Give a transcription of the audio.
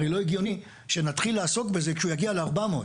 הרי לא הגיוני שנתחיל לעסוק בזה כשהוא יגיע ל-400.